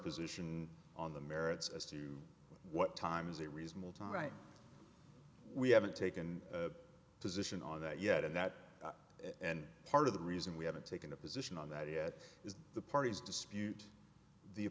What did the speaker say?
position on the merits as to what time is a reasonable time right we haven't taken a position on that yet and that and part of the reason we haven't taken a position on that yet is the parties dispute the